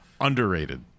Underrated